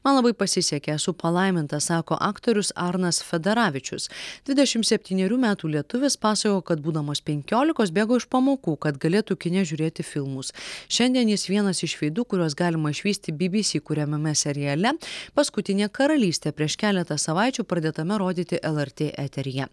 man labai pasisekė esu palaimintas sako aktorius arnas fedaravičius dvidešim septynerių metų lietuvis pasakojo kad būdamos penkiolikos bėgo iš pamokų kad galėtų kine žiūrėti filmus šiandien jis vienas iš veidų kuriuos galima išvysti bybysy kuriamame seriale paskutinė karalystė prieš keletą savaičių pradėtame rodyti lrt eteryje